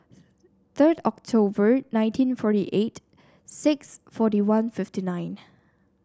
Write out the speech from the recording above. third October nineteen forty eight six forty one fifty nine